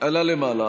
עלה למעלה.